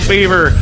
Fever